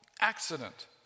accident